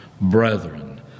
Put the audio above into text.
brethren